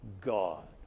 God